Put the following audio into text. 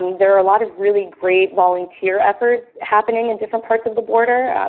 there are a lot of really great volunteer efforts happening in different parts of the border,